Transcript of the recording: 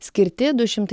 skirti du šimtai